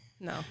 No